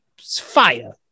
fire